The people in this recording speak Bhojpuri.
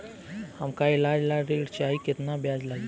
हमका ईलाज ला ऋण चाही केतना ब्याज लागी?